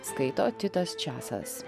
skaito titas česas